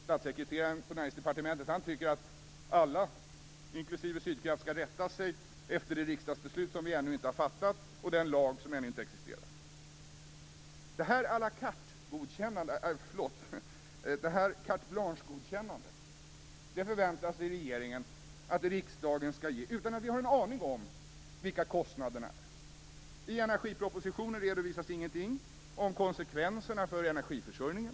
Statssekreteraren på Näringsdepartementet tycker att alla, inklusive Sydkraft, skall rätta sig efter det riksdagsbeslut som vi ännu inte har fattat och den lag som ännu inte existerar. Detta carte blanche-godkännande förväntar sig regeringen att riksdagen skall ge, utan att vi har en aning om vilka kostnaderna är. I energipropositionen redovisas ingenting om konsekvenserna för energiförsörjningen.